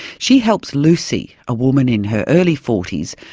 she helps lucy, a woman in her early forty s,